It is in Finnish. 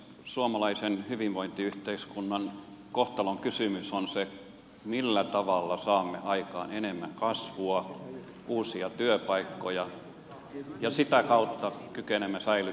suomalaisen hyvinvointiyhteiskunnan kohtalonkysymys on se millä tavalla saamme aikaan enemmän kasvua uusia työpaikkoja ja sitä kautta kykenemme säilyttämään palveluja